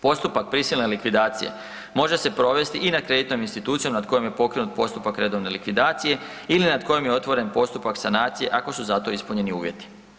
Postupak prisilne likvidacije može se provesti i nad kreditnom institucijom nad kojom je pokrenut postupak redovne likvidacije ili nad kojom je otvoren postupak sanacije ako su za to ispunjeni uvjeti.